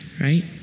right